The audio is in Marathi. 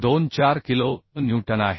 24 किलो न्यूटन आहे